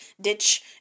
ditch